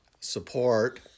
support